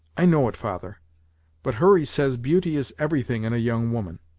i know it, father but hurry says beauty is everything in a young woman.